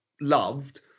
loved